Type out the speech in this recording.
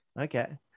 Okay